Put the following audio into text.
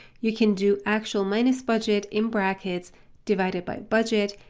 you can do actual minus budget in brackets divided by budget,